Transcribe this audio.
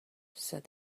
said